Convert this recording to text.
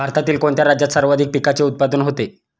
भारतातील कोणत्या राज्यात सर्वाधिक पिकाचे उत्पादन होते?